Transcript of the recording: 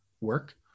work